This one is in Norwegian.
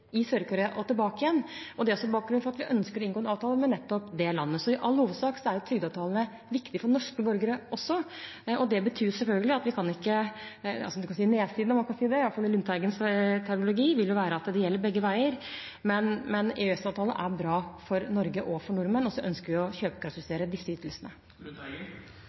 i Sør-Korea tilbake, og det er bakgrunnen for at vi ønsker å inngå en avtale med nettopp det landet. Så i all hovedsak er trygdeavtalene viktig for norske borgere også. Nedsiden, hvis man kan si det, i Lundteigens terminologi, vil være at det gjelder begge veier. Men EØS-avtalen er bra for Norge og for nordmenn, og så ønsker vi å kjøpekraftsjustere disse